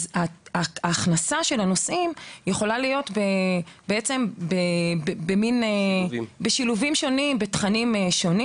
הטמעת התכנים יכולה להיעשות בדרכים שונות ובשילובים מגוונים.